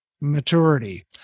maturity